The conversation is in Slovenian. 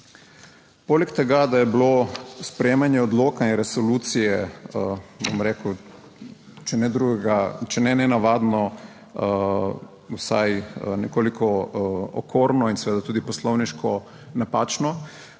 Poleg tega, da je bilo sprejemanje odloka in resolucije, bom rekel, če ne nenavadno vsaj nekoliko okorno in seveda tudi poslovniško napačno.